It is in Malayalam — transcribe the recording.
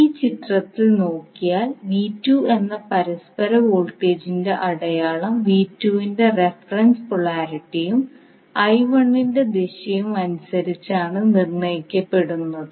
ഈ ചിത്രത്തിൽ നോക്കിയാൽ എന്ന പരസ്പര വോൾട്ടേജിന്റെ അടയാളം റഫറൻസ് പോളാരിറ്റിയും i1 ന്റെ ദിശയും അനുസരിച്ച് നിർണ്ണയിക്കപ്പെടുന്നതാണ്